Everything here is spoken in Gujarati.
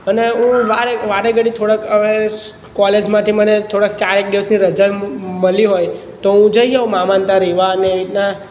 અને હું વારે વારે ઘડી થોડાક કોલેજમાંથી મને થોડાક ચારેક દિવસની રજા મળી હોય તો હું જઈ આવું મામાને ત્યાં રહેવા અને એવી રીતના